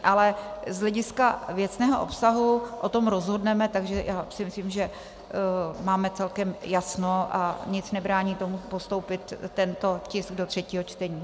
Ale z hlediska věcného obsahu o tom rozhodneme, takže si myslím, že máme celkem jasno a nic nebrání tomu postoupit tento tisk do třetího čtení.